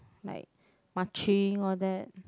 like marching all that